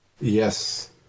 Yes